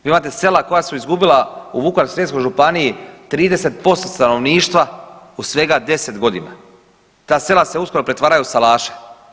Vi imate sela koja su izgubila u Vukovarsko-srijemskoj županiji 30% stanovništva u svega 10.g., ta sela se uskoro pretvaraju u salaše.